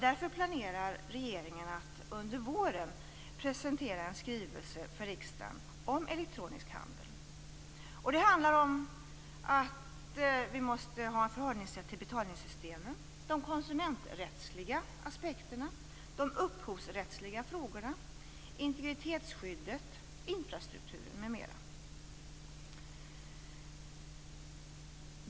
Därför planerar regeringen att under våren presentera en skrivelse för riksdagen om elektronisk handel. Vi måste ha ett förhållningssätt till betalningssystemen, till de konsumenträttsliga aspekterna och de upphovsrättsliga frågorna, integritetsskyddet, infrastrukturen, m.m.